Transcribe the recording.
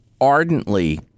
ardently